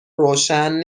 روشن